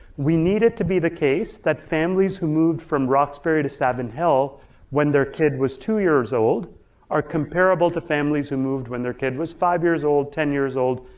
we need it to be the case that families who moved from roxbury to savin hill when their kid was two years old are comparable to families who moved when their kid was five years old, ten years old,